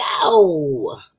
go